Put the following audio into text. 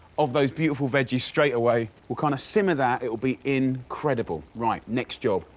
of those beautiful veggies straight away. we'll kind of simmer that. it'll be incredible. right, next job.